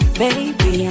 baby